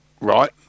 Right